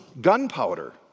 gunpowder